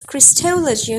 christology